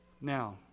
Now